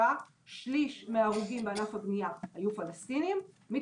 שליש מההרוגים בענף הבנייה בשנה שעברה היו פלסטינים,